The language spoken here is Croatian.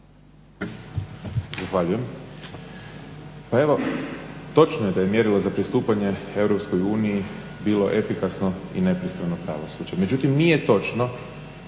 Hvala.